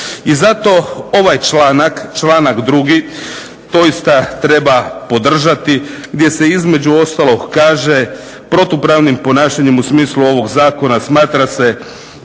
I zato ovaj članak, članak 2. doista treba podržati gdje se između ostalog kaže "Protupravnim ponašanjem u smislu ovog zakona smatra se